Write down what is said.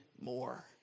more